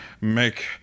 make